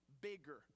bigger